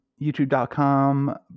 YouTube.com